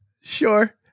Sure